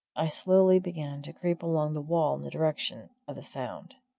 i slowly began to creep along the wall in the direction of the sound.